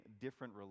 different